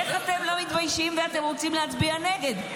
איך אתם לא מתביישים ואתם רוצים להצביע נגד?